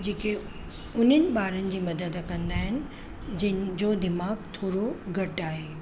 जेके हुननि ॿारनि जी मदद कंदा आहिनि जिन जो दिमाग़ थोरो घटि आहे